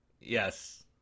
Yes